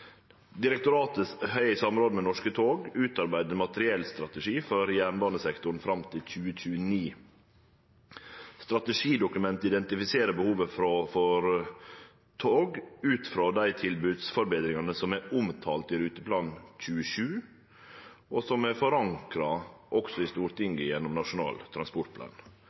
har i samråd med Norske tog utarbeidd ein materiellstrategi for jernbanesektoren fram til 2029. Strategidokumentet identifiserer behovet for tog ut frå dei tilbodsforbetringane som er omtalt i ruteplan 27, og som er forankra også i Stortinget gjennom Nasjonal transportplan.